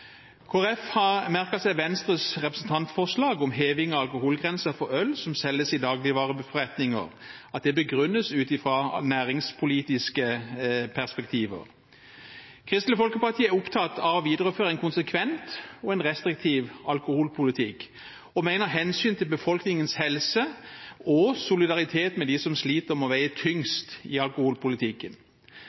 har merket seg Venstres representantforslag om heving av alkoholgrensen for øl som selges i dagligvareforretninger, og at det begrunnes ut ifra næringspolitiske perspektiver. Kristelig Folkeparti er opptatt av å videreføre en konsekvent og restriktiv alkoholpolitikk og mener hensynet til befolkningens helse og solidaritet med dem som sliter, må veie tyngst i alkoholpolitikken.